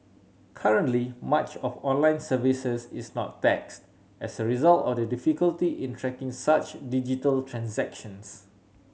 currently much of online services is not taxed as a result of the difficulty in tracking such digital transactions